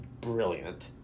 brilliant